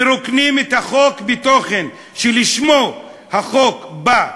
מרוקנים את החוק מתוכן שלשמו החוק בא,